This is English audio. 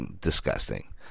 Disgusting